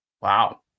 Wow